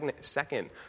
second